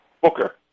Booker